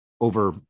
over